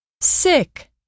Sick